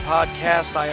Podcast